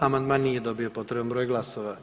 Amandman nije dobio potreban broj glasova.